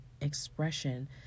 expression